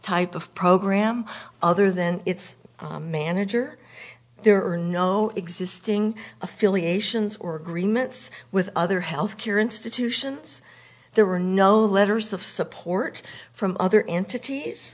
type of program other than its manager there are no existing affiliations or agreements with other health care institutions there were no letters of support from other entities